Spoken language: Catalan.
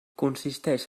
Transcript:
consisteix